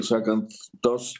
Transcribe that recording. sakant tos